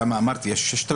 כמה אמרת שיש?